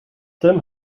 tim